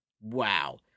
Wow